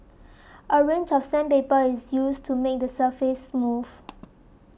a range of sandpaper is used to make the surface smooth